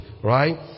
Right